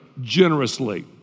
generously